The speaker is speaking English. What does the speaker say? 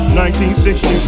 1960